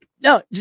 No